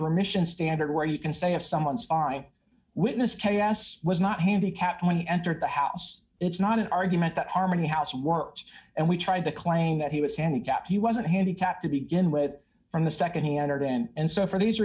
remission standard where you can say of someone's eye witness chaos was not handicapped when he entered the house it's not an argument that harmony house worked and we tried to claim that he was handicapped he wasn't handicapped to begin with from the nd he entered and so for these